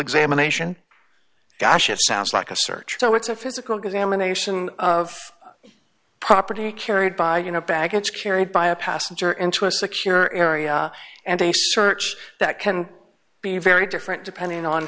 examination gosh it sounds like a search so it's a physical examination of property carried by you know baggage carried by a passenger into a secure area and a search that can be very different depending on